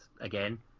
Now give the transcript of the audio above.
again